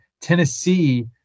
Tennessee